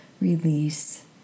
release